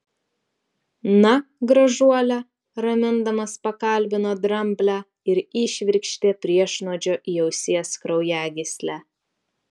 na gražuole ramindamas pakalbino dramblę ir įšvirkštė priešnuodžio į ausies kraujagyslę